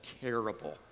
terrible